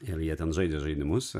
ir jie ten žaidė žaidimus